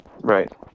Right